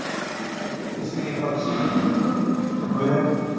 तो इसलिए पक्षी में भोजन